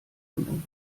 von